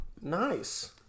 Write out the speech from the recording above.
nice